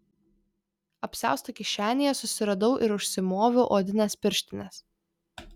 apsiausto kišenėje susiradau ir užsimoviau odines pirštines